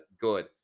good